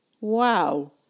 Wow